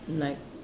like